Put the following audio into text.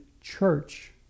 church